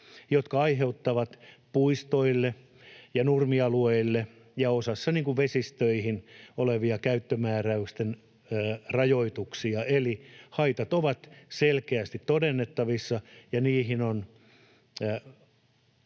jotka aiheuttavat puistoille ja nurmialueille ja osittain vesistöihin käyttömääräysten rajoituksia, eli haitat ovat selkeästi todennettavissa ja niitten